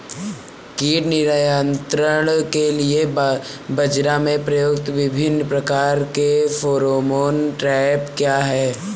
कीट नियंत्रण के लिए बाजरा में प्रयुक्त विभिन्न प्रकार के फेरोमोन ट्रैप क्या है?